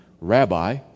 Rabbi